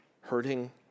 hurting